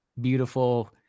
beautiful